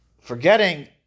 forgetting